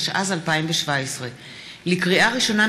התשע"ז 2017. לקריאה ראשונה,